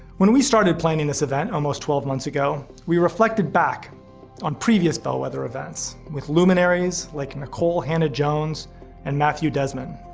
when we started planning this event almost twelve months ago, we reflected back on previous bellwether events with luminaries like nicole hannah jones and matthew desmond.